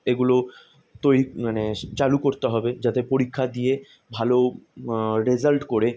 এগুলো তৈ মানেস চালু করতে হবে যাতে পরীক্ষা দিয়ে ভালো রেজাল্ট করে